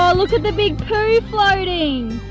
um look at the big poo floating!